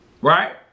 Right